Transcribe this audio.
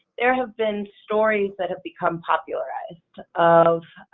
there have been stories that have become popularized of,